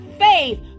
faith